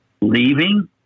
leaving